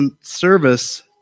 service